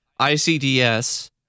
ICDS